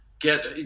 get